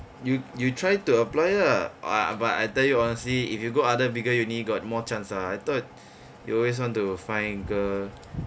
you you try to apply lah !wah! but I tell you honestly if you go other bigger uni got more chance ah I thought you always want to find girl